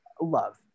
love